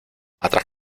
atrás